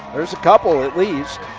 there's a couple at least.